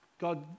God